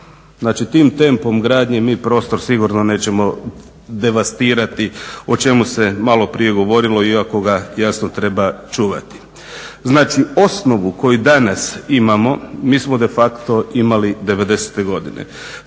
tim tempom gradnje mi prostor sigurno nećemo devastirati, o čemu se maloprije govorili iako ga jasno treba čuvati. Znači osnovu koju danas imamo, mi smo de facto imali 90. godine.